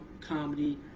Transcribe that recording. comedy